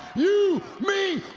you me,